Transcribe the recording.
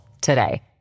today